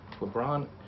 LeBron